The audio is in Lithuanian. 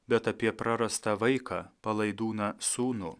bet apie prarastą vaiką palaidūną sūnų